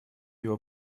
его